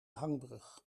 hangbrug